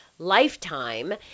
lifetime